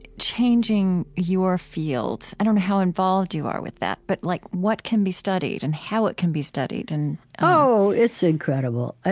changing your field? i don't know how involved you are with that, but like what can be studied, and how it can be studied and, oh, it's incredible. ah